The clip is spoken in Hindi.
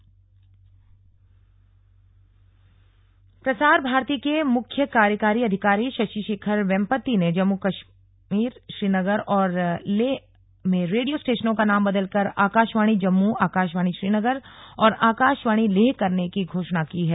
प्रसार भारती प्रसार भारती के मुख्यर कार्यकारी अधिकारी शशि शेखर वेम्पति ने जम्मु श्रीनगर और लेह में रेडियो स्टेशनों का नाम बदलकर आकाशवाणी जम्मू आकाशवाणी श्रीनगर और आकाशवाणी लेह करने की घोषणा की है